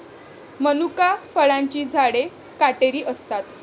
मनुका फळांची झाडे काटेरी असतात